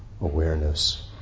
awareness